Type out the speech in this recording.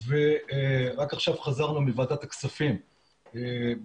ורק עכשיו חזרנו מוועדת הכספים בדיון,